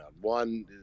One